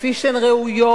כפי שהן ראויות,